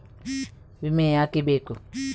ವಿಮೆ ಯಾಕೆ ಬೇಕು?